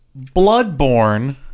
Bloodborne